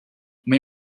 may